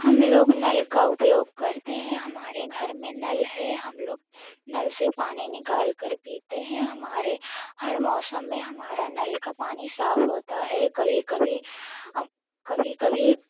हम लोग नल का उपयोग करते हैं हमारे घर में नल है हम लोग नल से पानी निकालकर पीते हैं हमारे हर मौसम में हमारा नल का पानी साफ होता है कभी कभी कभी कभी